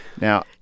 Now